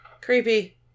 Creepy